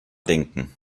denken